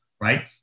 right